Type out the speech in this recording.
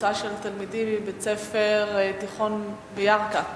קבוצה של תלמידים מבית-ספר תיכון בירכא.